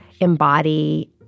embody